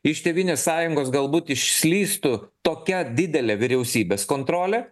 iš tėvynės sąjungos galbūt išslystų tokia didelė vyriausybės kontrolė